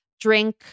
drink